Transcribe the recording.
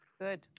Good